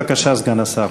בבקשה, סגן השר.